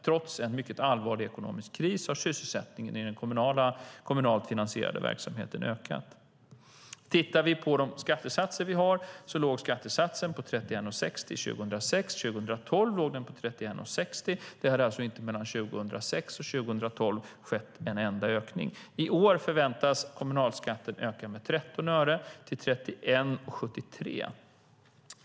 Trots en mycket allvarlig ekonomisk kris har sysselsättningen i den kommunalt finansierade verksamheten ökat. Vi kan titta på de skattesatser vi har. Skattesatsen låg på 31,60 år 2006. År 2012 låg den på 31,60. Det hade alltså inte mellan 2006 och 2012 skett en enda ökning. I år förväntas kommunalskatten öka med 13 öre, till 31,73.